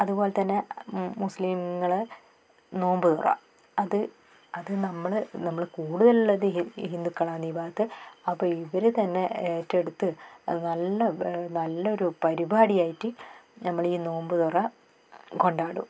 അതുപോലെ തന്നെ മുസ്ലിങ്ങൾ നോമ്പുതുറ അത് അത് നമ്മൾ നമ്മൾ കൂടുതൽ ഉള്ളത് ഹിന്ദുക്കളാണ് ഈ ഭാഗത്ത് അപ്പം ഇവർ തന്നെ ഏറ്റെടുത്ത് അത് നല്ല നല്ലൊരു പരിപാടിയായിട്ട് നമ്മൾ ഈ നോമ്പുതുറ കൊണ്ടാടും